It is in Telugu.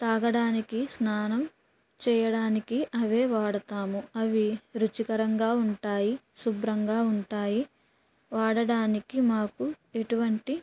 తాగడానికి స్నానం చెయ్యడానికి అవే వాడతాము అవి రుచికరంగా ఉంటాయి శుభ్రంగా ఉంటాయి వాడడానికి మాకు ఎటువంటి